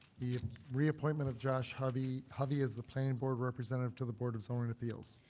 the reappointment of josh huvie huvie as the planning board representative to the board of zoning appeals.